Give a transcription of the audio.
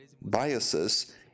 biases